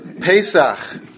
Pesach